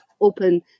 open